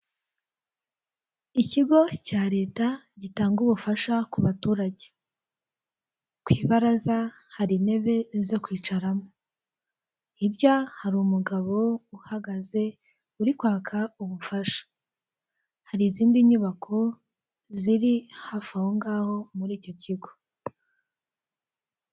Ikigo cya leta gitanga ubufasha ku baturage. Ku ibaraza hari intebe zo kwicaramo. Hirya hari umugabo uhagaze uri kwaka ubufasha. Hari izindi nyubako ziri hafi aho ngaho muri icyo kigo.